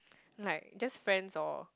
like just friends or